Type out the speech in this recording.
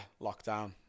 lockdown